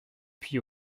puis